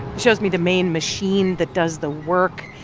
shows me the main machine that does the work.